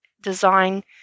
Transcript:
design